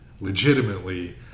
legitimately